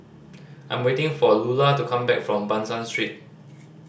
I'm waiting for Lulla to come back from Ban San Street